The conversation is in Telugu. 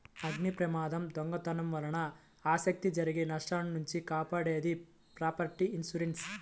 అగ్నిప్రమాదం, దొంగతనం వలన ఆస్తికి జరిగే నష్టాల నుంచి కాపాడేది ప్రాపర్టీ ఇన్సూరెన్స్